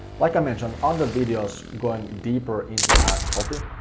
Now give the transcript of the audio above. like i mentioned on the videos, going deeper into the ad copy.